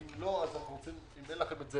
ואם אין לכם את זה